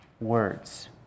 words